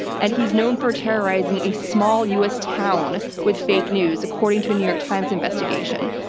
and he's known for terrorizing a small u. s. town with fake news, according to a new york times investigation.